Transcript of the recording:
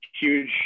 huge